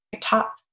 Top